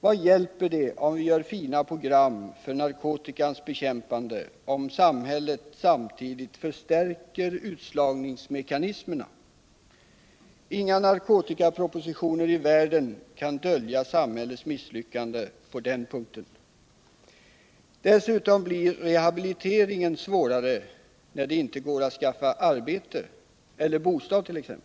Vad hjälper det att vi gör fina program för narkotikans bekämpande om samhället samtidigt förstärker utslagningsmekanismerna? Inga narkotikapropositioner i världen kan dölja samhällets misslyckande på den punkten. Dessutom blir rehabiliteringen svårare när det inte går att skaffa arbete eller bostad.